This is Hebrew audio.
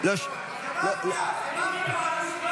זה מאפיה.